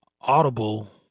audible